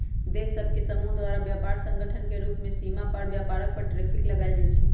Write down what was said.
देश सभ के समूह द्वारा व्यापार संगठन के रूप में सीमा पार व्यापार पर टैरिफ लगायल जाइ छइ